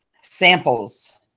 samples